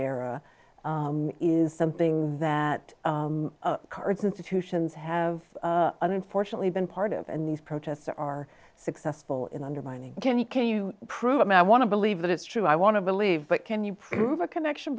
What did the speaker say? era is something that card's institutions have unfortunately been part of and these protests are successful in undermining can you can you prove it now i want to believe that it's true i want to believe but can you prove a connection